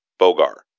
Bogar